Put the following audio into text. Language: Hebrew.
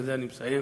בזה אני מסיים,